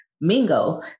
Mingo